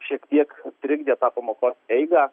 šiek tiek trikdė tą pamokos eigą